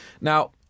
Now